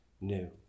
new